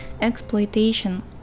exploitation